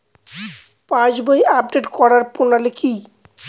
পাসবই update করার প্রণালী কি?